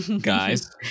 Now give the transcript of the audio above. guys